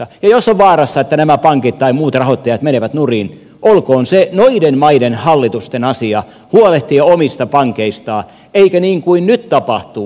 ja jos on vaarassa että nämä pankit tai muut rahoittajat menevät nurin olkoon se noiden maiden hallitusten asia huolehtia omista pankeistaan eikä niin kuin nyt tapahtuu